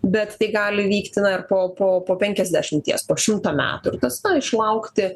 bet tai gali vyktina ir po po penkiasdešimties po šimto metų ar tas na išlaukti